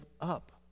up